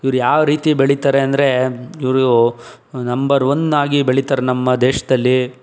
ಇವರು ಯಾವ ರೀತಿ ಬೆಳಿತಾರೆ ಅಂದರೆ ಇವರು ನಂಬರ್ ಒನ್ ಆಗಿ ಬೆಳಿತಾರೆ ನಮ್ಮ ದೇಶದಲ್ಲಿ